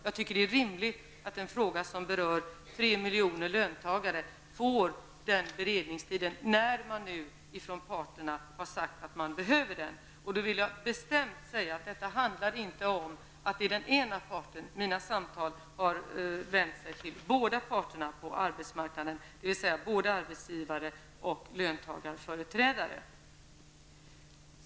Jag tycker att det är rimligt att en fråga som berör tre miljoner löntagare får den beredningstiden när man nu från parternas sida har sagt att man behöver den. Därför vill jag bestämt säga att mina samtal inte har vänt sig till den ena parten. Det gäller båda parterna på arbetsmarknaden, dvs. både arbetsgivare och löntagarföreträdare.